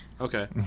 Okay